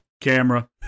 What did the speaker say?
camera